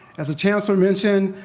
as the chancellor mentioned,